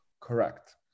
Correct